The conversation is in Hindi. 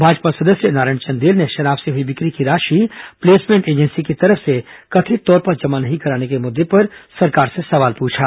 भाजपा सदस्य नारायण चंदेल ने शराब से हुई बिक्री की राशि प्लेसमेंट एजेंसी की तरफ से कथित तौर पर जमा नहीं कराने के मुद्दे पर सरकार से सवाल पूछा